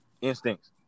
instincts